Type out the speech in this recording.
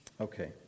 Okay